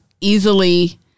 easily